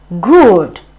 good